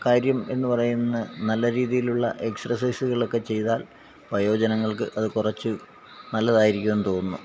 കാര്യം എന്ന് പറയുന്ന നല്ല രീതിയിലുള്ള എക്സർസൈസുകളൊക്കെ ചെയ്താൽ വയോജനങ്ങൾക്ക് അത് കുറച്ച് നല്ലതായിരിക്കും എന്ന് തോന്നുന്നു